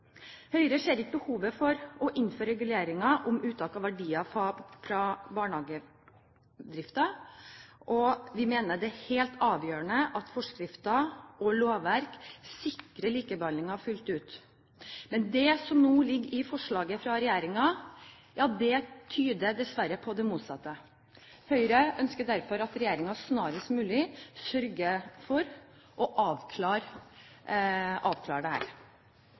Høyre ser ikke behovet for å innføre reguleringer om uttak av verdier fra barnehagedriften. Vi mener det er helt avgjørende at forskrift og lovverk sikrer likebehandlingen fullt ut, men det som nå ligger i forslaget fra regjeringen, tyder dessverre på det motsatte. Høyre ønsker derfor at regjeringen snarest mulig sørger for å avklare